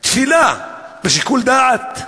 תפילה בשיקול דעת?